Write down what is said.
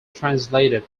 translated